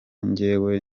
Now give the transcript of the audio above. njyewe